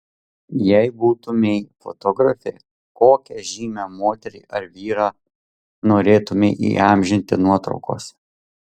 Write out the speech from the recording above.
jei būtumei fotografė kokią žymią moterį ar vyrą norėtumei įamžinti nuotraukose